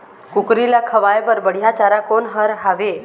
कुकरी ला खवाए बर बढीया चारा कोन हर हावे?